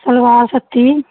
ਸਲਵਾਰ ਛੱਤੀ